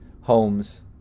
homes